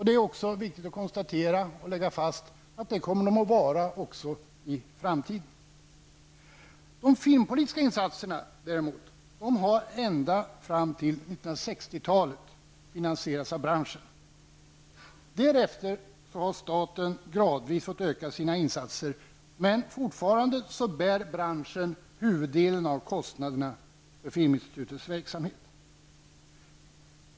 Det är viktigt att lägga fast att det kommer de att vara också i framtiden. De filmpolitiska insatserna däremot har ända fram till 1960-talet finansierats av branschen. Därefter har staten gradvis ökat sina insatser, men fortfarande bär branschen huvuddelen av kostnaden för Filminstitutets verksamhet.